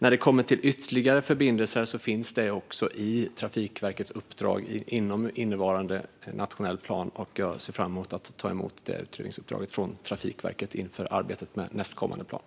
När det gäller ytterligare förbindelser finns det också med i Trafikverkets uppdrag inom nuvarande nationell plan, och jag ser fram emot att ta emot detta utredningsuppdrag från Trafikverket inför arbetet med nästkommande plan.